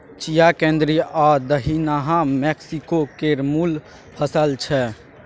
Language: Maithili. चिया केंद्रीय आ दछिनाहा मैक्सिको केर मुल फसल छै